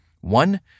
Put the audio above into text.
One